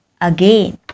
again